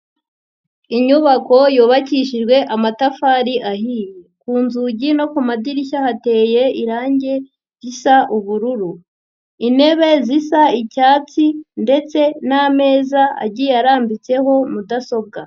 Inyubako yubakishijwe amatafari ahiye, ku nzugi no ku madirishya hateye irangi risa ubururu, intebe zisa icyatsi ndetse n'ameza agiye arambitseho mudasobwa.